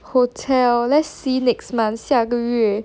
hotel let's see next month 下个月